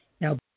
Now